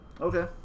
Okay